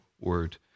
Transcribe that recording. word